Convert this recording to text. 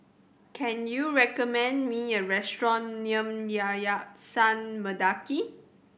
can you recommend me a restaurant near Yayasan Mendaki